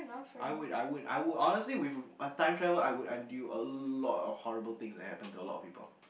I would I would I would honestly with time travel I would I'd do a lot of horrible things that happen to a lot of people